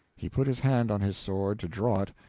he put his hand on his sword to draw it,